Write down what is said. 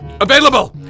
Available